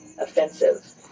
offensive